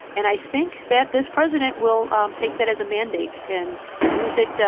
and i think that this president will um take that as a mandate and use it.